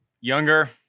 younger